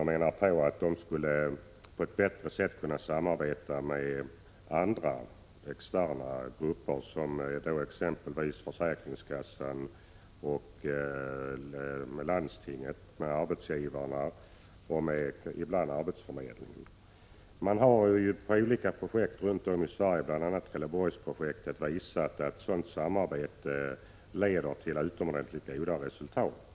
Jag menar att denna på ett bättre sätt skulle kunna samarbeta med andra externa grupper, exempelvis försäkringskassan, landstinget, arbetsgivarna och — ibland — arbetsförmedlingen. Olika projekt runt om i Sverige — bl.a. Trelleborgsprojektet — visar att ett sådant samarbete ger utomordentligt goda resultat.